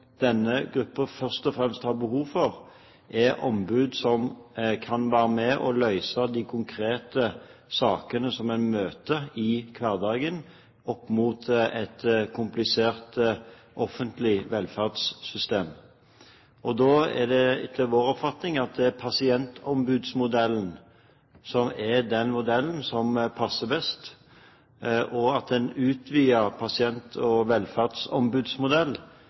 denne gruppen først og fremst har behov for, er ombud som kan være med og løse de konkrete sakene en møter i hverdagen opp mot et komplisert offentlig velferdssystem. Da er det etter vår oppfatning pasientombudsmodellen som er den modellen som passer best, og at en utvidet pasient- og velferdsombudsmodell